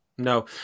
No